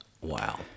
Wow